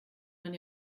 man